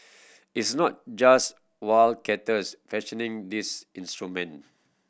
it's not just wildcatters fashioning these instrument